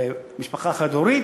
במקום 'משפחות חד-הוריות'